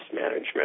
management